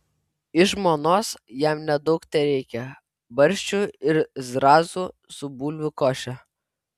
iš žmonos jam nedaug tereikia barščių ir zrazų su bulvių koše